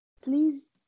please